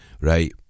right